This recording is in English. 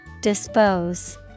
dispose